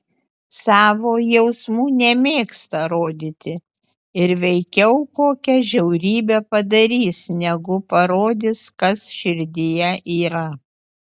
savo jausmų nemėgsta rodyti ir veikiau kokią žiaurybę padarys negu parodys kas širdyje yra